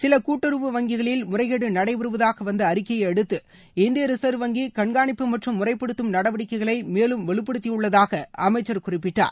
சில கூட்டுறவு வங்கிகளில் முறைகேடு நடைபெறுவதாக வந்த அறிக்கையை அடுத்து இந்திய ரிசர்வ் வங்கி கண்காணிப்பு மற்றும் முறைப்படுத்தும் நடவடிக்கைகளை மேலும் வலுப்படுத்தியுள்ளதாகக் அமைச்சர் குறிப்பிட்டார்